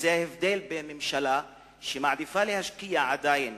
וזה ההבדל בין ממשלה שמעדיפה להשקיע עדיין